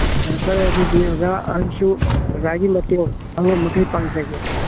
ꯐꯔꯦ ꯐꯔꯦ ꯑꯗꯨꯗꯤ ꯑꯣꯖꯥ ꯑꯩꯁꯨ ꯑꯣꯖꯥꯒꯤ ꯃꯇꯦꯡ ꯑꯉꯝꯕꯈꯩ ꯄꯥꯡꯖꯒꯦ